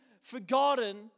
forgotten